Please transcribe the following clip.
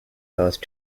house